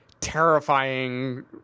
terrifying